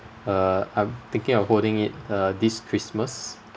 uh I'm thinking of holding it uh this christmas